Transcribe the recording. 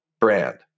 brand